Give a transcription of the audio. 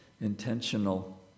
intentional